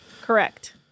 Correct